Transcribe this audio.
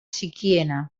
txikiena